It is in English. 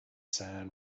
sand